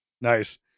Nice